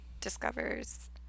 Discovers